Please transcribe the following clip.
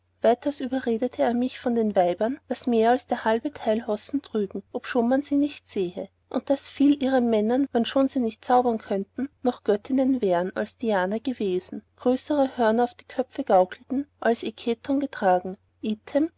überredete er mich von den weibern daß mehr als der halbe teil hosen trügen obschon man sie nicht sähe und daß viel ihren männern wannschon sie nicht zaubern könnten noch göttinnen wären als diana gewesen größere hörner auf die köpfe gaukelten als aktäon getragen